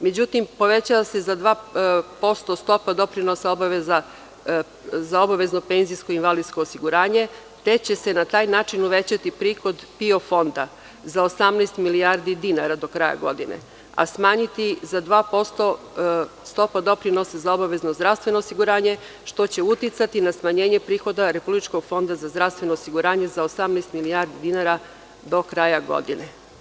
Međutim, povećava se za 2% stopa doprinosa za obavezno penzijsko i invalidsko osiguranje, te će se na taj način uvećati prihod PIO fonda za 18 milijardi dinara do kraja godine, a smanjiti za 2% stopa doprinosa za obavezno zdravstveno osiguranje, što će uticati na smanjenje prihoda Republička fonda za zdravstveno osiguranje za 18 milijardi dinara do kraja godine.